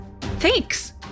thanks